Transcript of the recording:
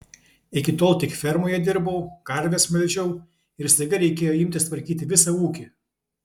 iki tol tik fermoje dirbau karves melžiau ir staiga reikėjo imtis tvarkyti visą ūkį